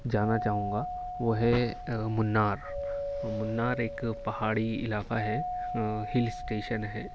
جانا چاہوں گا وہ ہے منار تو منار ایک پہاڑی علاقہ ہے ہل اسٹیشن ہے